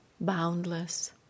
boundless